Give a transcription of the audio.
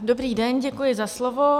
Dobrý den, děkuji za slovo.